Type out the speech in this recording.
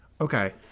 Okay